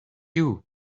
you